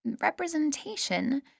representation